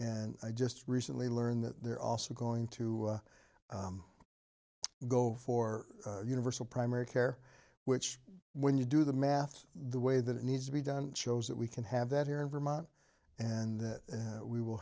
and i just recently learned that they're also going to go for universal primary care which when you do the math the way that it needs to be done shows that we can have that here in vermont and that we will